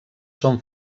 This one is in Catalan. són